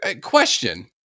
question